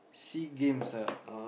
S_E_A-Games ah